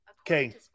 Okay